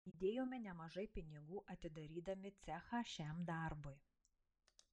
įdėjome nemažai pinigų atidarydami cechą šiam darbui